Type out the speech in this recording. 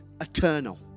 Eternal